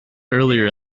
earlier